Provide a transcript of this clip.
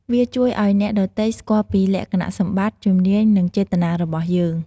វាជួយឱ្យអ្នកដទៃស្គាល់ពី លក្ខណៈសម្បត្តិ ជំនាញ និងចេតនារបស់យើង ។